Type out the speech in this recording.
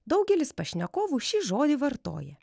daugelis pašnekovų šį žodį vartoja